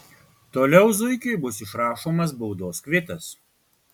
toliau zuikiui bus išrašomas baudos kvitas